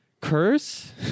curse